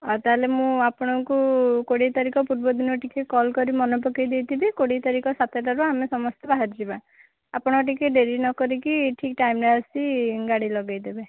ହଉ ତା'ହେଲେ ମୁଁ ଆପଣଙ୍କୁ କୋଡ଼ିଏ ତାରିଖ ପୂର୍ବଦିନ ଟିକେ କଲ୍ କରି ମନେ ପକାଇ ଦେଇଥିବି କୋଡ଼ିଏ ତାରିଖ ସାତଟାରୁ ଆମେ ସମସ୍ତେ ବାହାରିଯିବା ଆପଣ ଟିକେ ଡେରି ନ କରିକି ଠିକ୍ ଟାଇମ୍ରେ ଆସି ଗାଡ଼ି ଲଗାଇ ଦେବେ